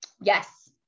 Yes